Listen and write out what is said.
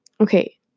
Okay